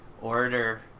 order